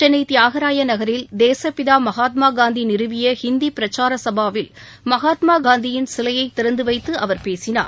சென்னை தியாகராயா நகரில தேசப்பிதா மகாத்மா காந்தி நிறுவிய இந்தி பிரச்சார சபாவில் மகாத்மாவின் சிலையை திறந்துவைத்து அவர் பேசினார்